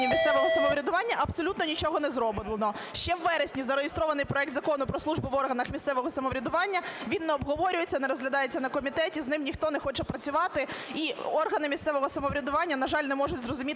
Він не обговорюється і не розглядається на комітеті, з ним ніхто не хоче працювати. І органи місцевого самоврядування, на жаль, не можуть зрозуміти